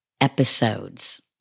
episodes